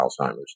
Alzheimer's